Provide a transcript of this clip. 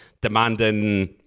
demanding